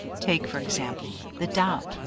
take, for example, the tao,